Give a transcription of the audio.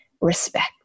respect